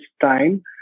time